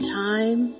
time